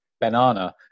Banana